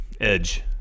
Edge